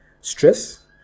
stress